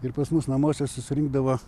ir pas mus namuose susirinkdavo